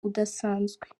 udasanzwe